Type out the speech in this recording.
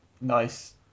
nice